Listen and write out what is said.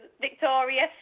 Victoria